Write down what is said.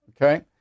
okay